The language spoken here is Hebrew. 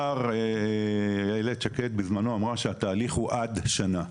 בזמנו אילת שקד אמרה שהתהליך הוא עד שנה,